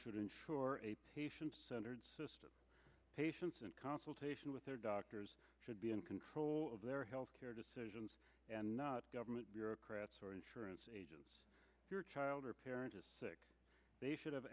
should ensure a patient centered system patients in consultation with their doctors should be in control of their health care decisions and not government bureaucrats or insurance agents your child or parent is sick they should have